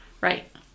right